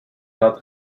tat